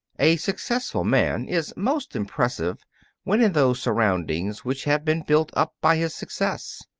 a successful man is most impressive when in those surroundings which have been built up by his success.